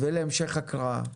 ולהמשך הקראה.